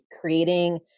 creating